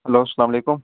hello اسَلامُ علیکُم